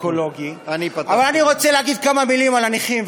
אבל אני רוצה להגיד כמה מילים על הנכים,